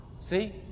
See